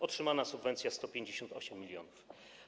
Otrzymana subwencja - 158 mln zł.